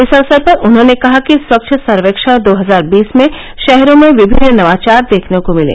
इस अवसर पर उन्होंने कहा कि स्वच्छ सर्वेक्षण दो हजार बीस में शहरों में विभिन्न नवाचार देखने को मिले